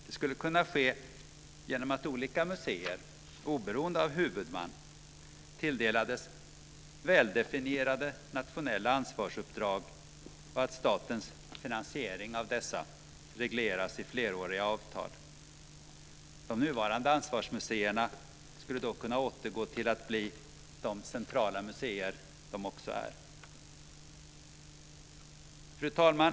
Det skulle kunna ske genom att olika museer, oberoende av huvudman, tilldelas väldefinierade nationella ansvarsuppdrag och att statens finansiering av dessa regleras i fleråriga avtal. De nuvarande ansvarsmuseerna skulle då kunna återgå till att bli de centrala museer som de också är. Fru talman!